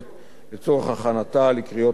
לצורך הכנתה לקריאות השנייה והשלישית.